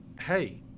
hey